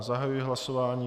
Zahajuji hlasování.